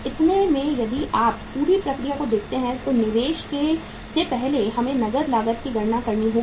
इतने में यदि आप पूरी प्रक्रिया को देखते हैं तो निवेश से पहले हमें नकद लागत की गणना करनी होगी